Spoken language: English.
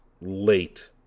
late